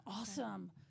awesome